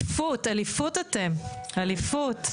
אליפות, אליפות אתם, אליפות.